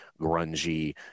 grungy